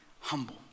humble